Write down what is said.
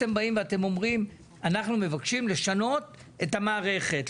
אתם באים ומבקשים לשנות את המערכת;